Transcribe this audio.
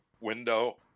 window